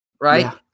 Right